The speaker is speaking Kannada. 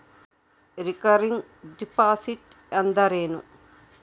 ರಿಕರಿಂಗ್ ಡಿಪಾಸಿಟ್ ಅಂದರೇನು?